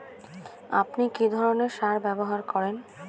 আপনি কী ধরনের সার ব্যবহার করেন?